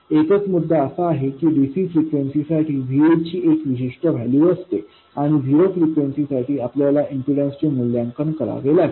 एकच मुद्दा असा आहे की dc फ्रिक्वेन्सी साठी Va ची एक विशिष्ट व्हॅल्यू असते आणि झिरो फ्रिक्वेन्सी साठी आपल्याला इम्पीडन्सचे मूल्यांकन करावे लागेल